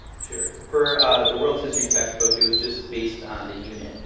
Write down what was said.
sure for the world's history textbook it was just based on the unit.